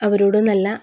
അവരോട് നല്ല